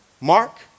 Mark